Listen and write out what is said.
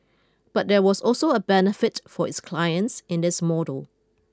but there was also a benefit for its clients in this model